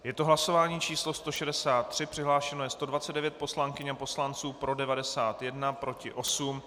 Je to hlasování číslo 163, přihlášeno je 129 poslankyň a poslanců, pro 91, proti 8.